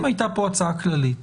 אם הייתה כאן הצעה כללית